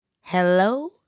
Hello